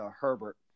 Herbert